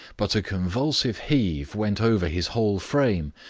but convulsive heave went over his whole frame.